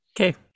Okay